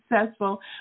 successful